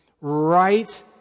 Right